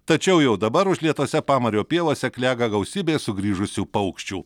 tačiau jau dabar užlietose pamario pievose klega gausybė sugrįžusių paukščių